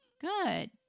Good